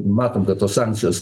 matom kad tos sankcijos